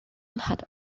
had